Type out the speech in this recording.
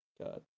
God